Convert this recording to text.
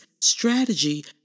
strategy